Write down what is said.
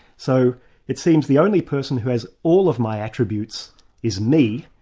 so it seems the only person who has all of my attributes is me.